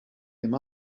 him